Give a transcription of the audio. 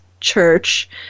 church